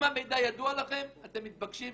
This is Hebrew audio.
אם המידע ידוע לכם, אתם מתבקשים.